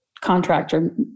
contractor